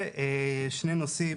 ושני נושאים,